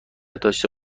داشته